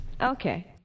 Okay